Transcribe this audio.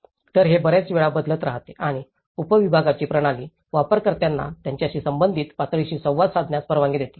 तर हे बर्याच वेळा बदलत राहते आणि उपविभागाची प्रणाली वापरकर्त्यांना त्यांच्याशी संबंधित पातळीशी संवाद साधण्यास परवानगी देते